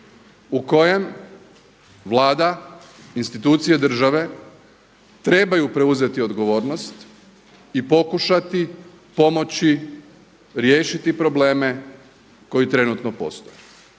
u kojem Vlada, institucije države trebaju preuzeti odgovornost i pokušati pomoći riješiti probleme koji trenutno postoje.